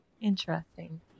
Interesting